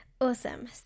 Awesome